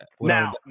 now